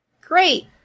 Great